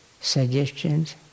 suggestions